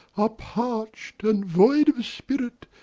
are parch'd and void of spirit,